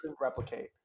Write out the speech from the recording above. replicate